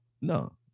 no